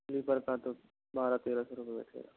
sleeper का तो बारह तेरह सौ रुपए बैठेगा